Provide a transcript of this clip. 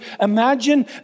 imagine